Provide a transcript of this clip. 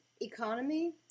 economy